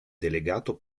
delegato